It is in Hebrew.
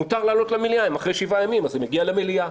מותר להעלות למליאה ואחרי 7 ימים זה מגיע למליאה.